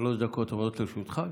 שלוש דקות עומדות לרשותך,